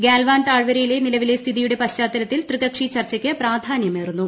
ഗാൽവാൻ താഴ്വരയിലെ നിലവിലെ സ്ഥിതിയുടെ പശ്ചാത്തലത്തിൽ ത്രികക്ഷി ചർച്ചയ്ക്ക് പ്രാധാന്യമേറുന്നു